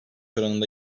oranında